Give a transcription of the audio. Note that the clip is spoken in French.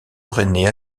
rennais